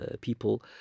people